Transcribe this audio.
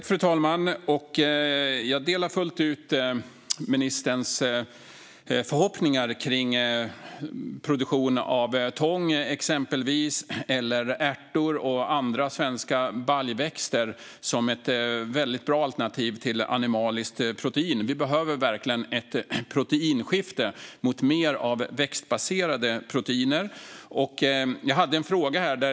Fru talman! Jag delar fullt ut ministerns förhoppningar när det gäller produktion av exempelvis tång, ärter eller andra svenska baljväxter som ett väldigt bra alternativ till animaliskt protein. Vi behöver verkligen ett proteinskifte mot mer av växtbaserade proteiner.